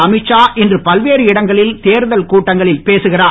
அமீத்ஷா இன்று பல்வேறு இடங்களில் தேர்தல் கூட்டங்களில் பேசுகிறார்